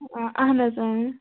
أ اہن حظ اۭں